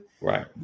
Right